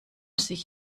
sich